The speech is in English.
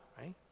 right